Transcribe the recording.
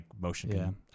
motion